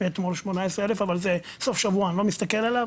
היה אתמול 18 אלף אבל זה סוף שבוע אז אני לא מסתכל עליו,